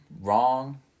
wrong